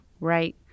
Right